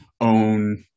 own